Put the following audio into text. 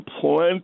plenty